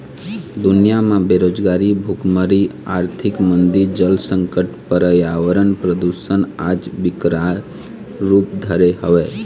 दुनिया म बेरोजगारी, भुखमरी, आरथिक मंदी, जल संकट, परयावरन परदूसन आज बिकराल रुप धरे हवय